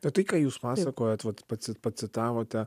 bet tai ką jūs pasakojote vat atseit pacitavote